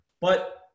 But-